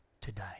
today